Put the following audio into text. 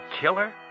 killer